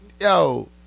Yo